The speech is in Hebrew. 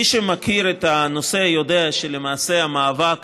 מי שמכיר את הנושא יודע שלמעשה המאבק